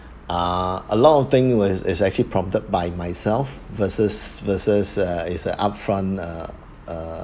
ah a lot of thing was is actually prompted by myself versus versus uh is an upfront